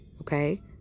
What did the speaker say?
okay